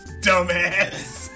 dumbass